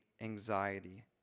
anxiety